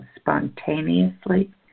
spontaneously